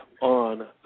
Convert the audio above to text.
on